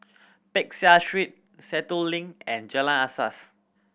Peck Seah Street Sentul Link and Jalan Asas